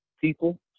people